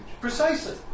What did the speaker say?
Precisely